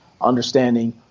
understanding